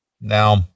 now